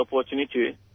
opportunity